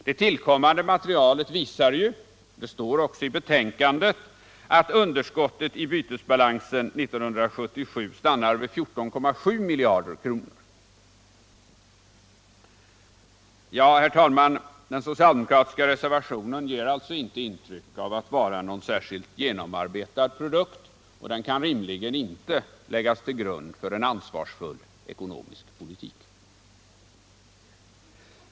Det tillkommande materialet visar ju — och det står också i betänkandet — alt underskottet i bytesbalansen 1977 stannar vid 14,7 miljarder kronor. Herr talman! Den socialdemokratiska reservationen ger alltså inte intryck av alt vara någon särskilt genomarbetad produkt. Den kan rimligen inte läggas till grund för en ansvarsfull ekonomisk politik.